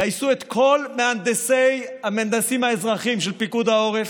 גייסו את כל המהנדסים האזרחיים של פיקוד העורף,